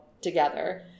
together